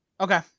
Okay